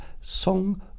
Song